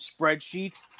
spreadsheets